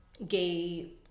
gay